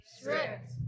Strict